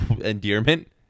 endearment